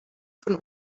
von